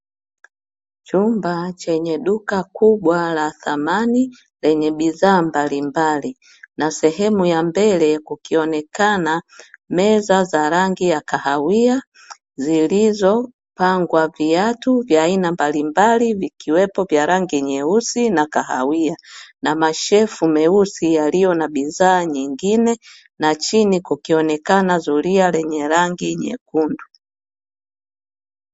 Chumba chenye duka kubwa la thamani lenye bidhaa mbalimbali, na sehemu ya mbele kukionekana meza za rangi ya kahawia zilizopangwa viatu vya aina mbalimbali vikiwepo vya rangi nyeusi na kahawia na mashelfu meusi yaliyo na bidhaa zingine na chini kukionekana zulia lenye rangi nyekundu.